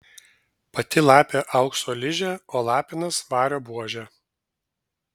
pati lapė aukso ližė o lapinas vario buožė